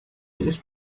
ist